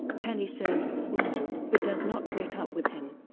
penny says no, but does not break up with him.